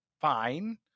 fine